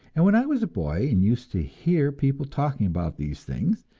and when i was a boy, and used to hear people talking about these things,